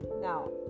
Now